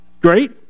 great